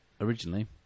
originally